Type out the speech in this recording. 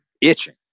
itching